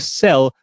sell